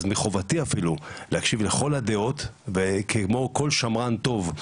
מחובתי אפילו להקשיב לכל הדעות כמו כל שמרן טוב.